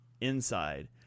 inside